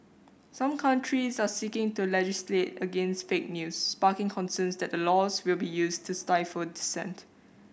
some countries are seeking to legislate against fake news sparking concerns that the laws will be used to stifle dissent